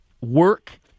work